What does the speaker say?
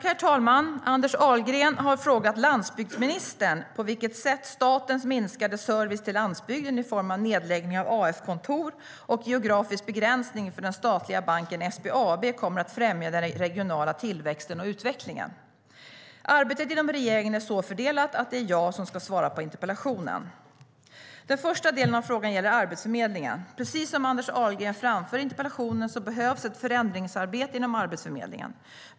Herr talman! Anders Ahlgren har frågat landsbygdsministern på vilket sätt statens minskade service till landsbygden i form av nedläggning av AF-kontor och geografisk begränsning för den statliga banken SBAB kommer att främja den regionala tillväxten och utvecklingen. Arbetet inom regeringen är så fördelat att det är jag som ska svara på interpellationen. Den första delen av frågan gäller Arbetsförmedlingen. Precis som Anders Ahlgren framför i interpellationen behövs ett förändringsarbete inom Arbetsförmedlingen.